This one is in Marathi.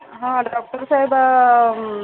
हा डॉक्टरसाहेब